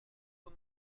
zur